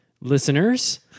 listeners